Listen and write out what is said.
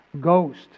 Ghost